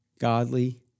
godly